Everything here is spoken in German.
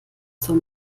zur